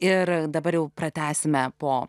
ir dabar jau pratęsime po